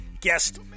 guest